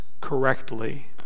correctly